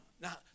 Now